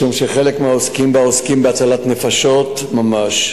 משום שחלק מהעוסקים בה עוסקים בהצלת נפשות ממש.